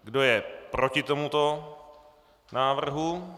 Kdo je proti tomuto návrhu?